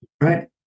right